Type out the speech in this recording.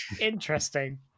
interesting